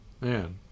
Man